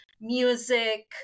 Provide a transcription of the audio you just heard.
music